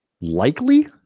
likely